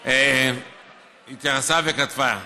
גבוהה התייחסה וכתבה.